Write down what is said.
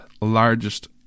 largest